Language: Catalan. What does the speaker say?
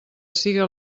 siga